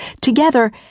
together